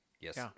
yes